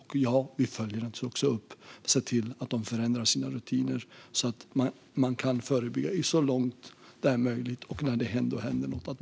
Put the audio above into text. Naturligtvis följer vi också upp att de förändrar sina rutiner så att de kan förebygga detta så långt det är möjligt och agera när det ändå händer något.